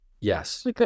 Yes